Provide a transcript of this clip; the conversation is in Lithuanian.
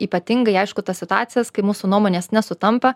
ypatingai aišku tas situacijas kai mūsų nuomonės nesutampa